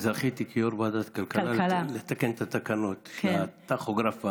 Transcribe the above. זכיתי כיו"ר ועדת כלכלה לתקן את התקנות של הטכוגרף.